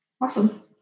Awesome